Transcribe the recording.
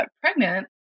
pregnant